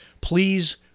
Please